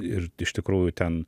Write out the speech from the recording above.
ir iš tikrųjų ten